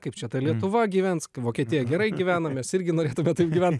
kaip čia ta lietuva gyvens vokietija gerai gyvena mes irgi norėtume taip gyventi